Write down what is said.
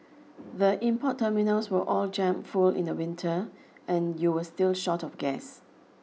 the import terminals were all jammed full in the winter and you were still short of gas